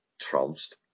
trounced